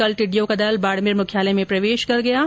कल टिड्डियों के दल बाडमेर मुख्यालय में प्रवेश कर गए